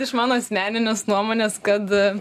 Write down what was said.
iš mano asmeninės nuomonės kad